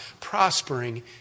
prospering